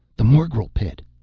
the morgel pit.